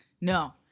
No